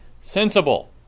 Sensible